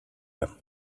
him